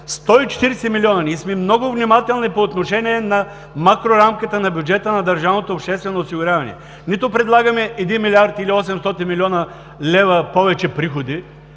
140 милиона. Ние сме много внимателни по отношение на макрорамката на бюджета на държавното обществено осигуряване. Не предлагаме 1 млрд. или 800 млн. лв. повече приходи.